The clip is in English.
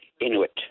Inuit